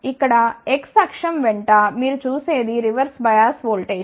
ఇక్కడ X అక్షం వెంట మీరు చూసే ది రివర్స్ బయాస్ ఓల్టేజ్